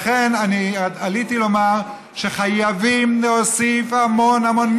לכן, אני עליתי לומר שחייבים להוסיף המון המון.